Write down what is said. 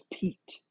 Pete